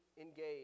engage